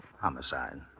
Homicide